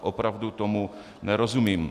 Opravdu tomu nerozumím.